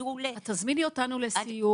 תזמינו אותנו לסיור.